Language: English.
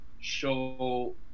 show